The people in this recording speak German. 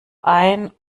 ein